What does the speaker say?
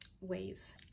ways